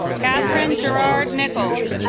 kathryn gerard nipples